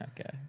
Okay